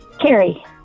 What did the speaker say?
Carrie